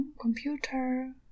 computer